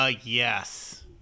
Yes